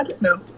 No